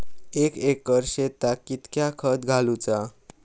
एक एकर शेताक कीतक्या खत घालूचा?